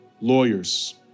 lawyers